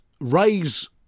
raise